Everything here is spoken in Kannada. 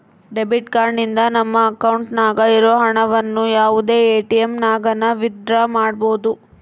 ಡೆಬಿಟ್ ಕಾರ್ಡ್ ನಿಂದ ನಮ್ಮ ಅಕೌಂಟ್ನಾಗ ಇರೋ ಹಣವನ್ನು ಯಾವುದೇ ಎಟಿಎಮ್ನಾಗನ ವಿತ್ ಡ್ರಾ ಮಾಡ್ಬೋದು